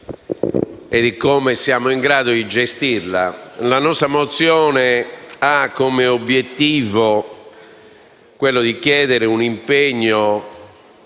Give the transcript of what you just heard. La nostra mozione ha come obiettivo quello di chiedere un impegno